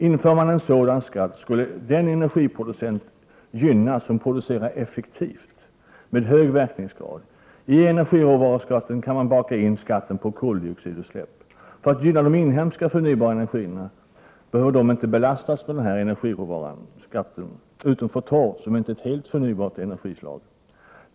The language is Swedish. Inför man en sådan skatt, kommer den energiproducent att gynnas som producerar effektivt, med hög verkningsgrad. I energiråvaruskatten kan man baka in skatten på koldioxidutsläpp. För att man skall kunna gynna de inhemska förnybara energislagen bör de inte belastas med energiråvaruskatten — utom torv, som inte är ett helt förnybart energislag.